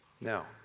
Now